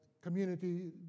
community